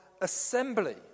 assembly